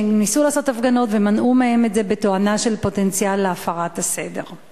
הם ניסו לעשות הפגנות ומנעו מהם את זה בתואנה של פוטנציאל להפרת הסדר.